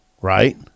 right